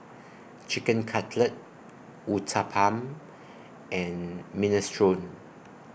Chicken Cutlet Uthapam and Minestrone